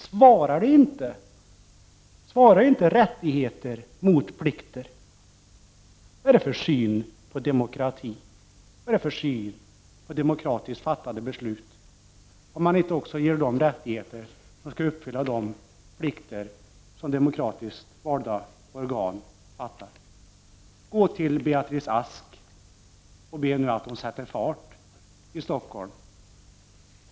Svarar inte rättigheter mot plikter? Vad är det för syn på demokrati? Vad är det för syn på demokratiskt fattade beslut, om man inte ger rättigheter till den som skall uppfylla plikterna enligt beslut? Gå till Beatrice Ask, och be henne att hon sätter fart i Stockholm!